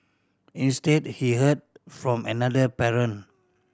instead he heard from another parent